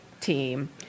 team